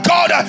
God